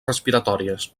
respiratòries